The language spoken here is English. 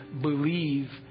believe